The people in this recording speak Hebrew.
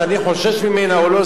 שאני חושש ממנה או לא,